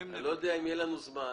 אני לא יודע אם יהיה לנו זמן.